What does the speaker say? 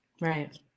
Right